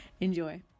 Enjoy